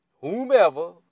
whomever